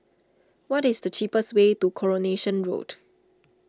what is the cheapest way to Coronation Road